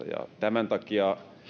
ja tämän takia